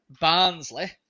Barnsley